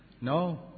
No